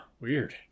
weird